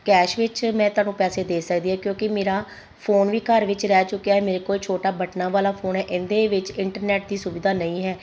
cash ਵਿੱਚ ਮੈਂ ਤੁਹਾਨੂੰ ਪੈਸੇ ਦੇ ਸਕਦੀ ਹਾਂ ਕਿਉਂਕਿ ਮੇਰਾ ਫੋਨ ਵੀ ਘਰ ਵਿੱਚ ਰਹਿ ਚੁੱਕਿਆ ਹੈ ਮੇਰੇ ਕੋਲ ਛੋਟਾ ਬਟਨਾਂ ਵਾਲਾ ਫੋਨ ਹੈ ਇਹਦੇ ਵਿੱਚ ਇੰਟਰਨੈਟ ਦੀ ਸੁਵਿਧਾ ਨਹੀਂ ਹੈ